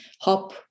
hop